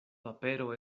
papero